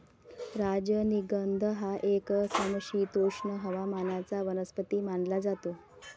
राजनिगंध हा एक समशीतोष्ण हवामानाचा वनस्पती मानला जातो